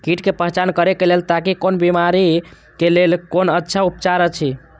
कीट के पहचान करे के लेल ताकि कोन बिमारी के लेल कोन अच्छा उपचार अछि?